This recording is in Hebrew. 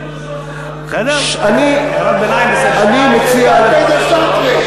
זה תרתי דסתרי.